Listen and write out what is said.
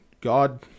God